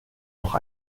noch